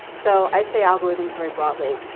so, i say algorithms very broadly,